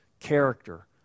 Character